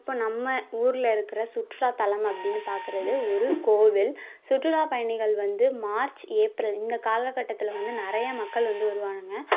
இப்போ நம்ம ஊரில் இருக்கிற சுற்றுலாத்தலம் அப்படின்னு பார்க்குறது ஒரு கோவில் சுற்றுலா பயணிகள் வந்து மார்ச் ஏப்ரல் இந்த காலக்கட்டத்தில் வந்து நிறையா மக்கள் வந்து வருவாங்க